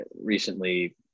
recently